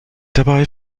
dabei